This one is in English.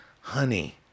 Honey